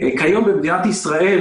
כיום במדינת ישראל,